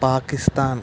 Pakistan